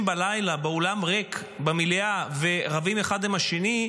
בלילה באולם ריק במליאה ורבים אחד עם השני,